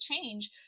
change